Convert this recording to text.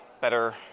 better